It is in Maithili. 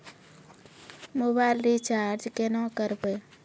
मोबाइल रिचार्ज केना करबै?